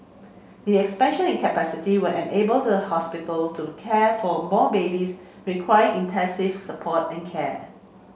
the expansion in capacity will enable the hospital to care for more babies requiring intensive support and care